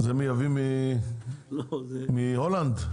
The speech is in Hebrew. מייבאים מהולנד?